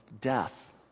death